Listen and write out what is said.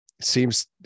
seems